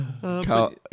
Carl